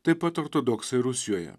taip pat ortodoksai rusijoje